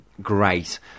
great